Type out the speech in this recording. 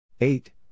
eight